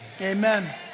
Amen